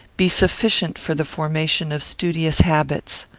be sufficient for the formation of studious habits.